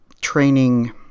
training